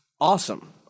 Awesome